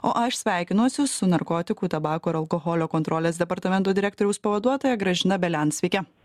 o aš sveikinuosi su narkotikų tabako ir alkoholio kontrolės departamento direktoriaus pavaduotoja gražina belian sveiki